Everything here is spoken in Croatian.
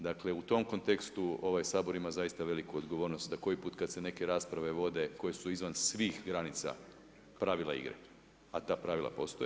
Dakle, u tom kontekstu ovaj Sabor ima zaista veliku odgovornost da koji put kad se neke rasprave vode koje su izvan svih granica pravila igre, a ta pravila postoje.